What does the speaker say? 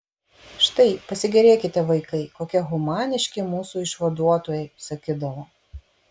štai pasigėrėkite vaikai kokie humaniški mūsų išvaduotojai sakydavo